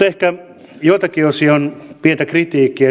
ehkä joiltakin osin pientä kritiikkiä